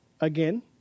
again